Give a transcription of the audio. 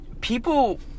people